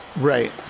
Right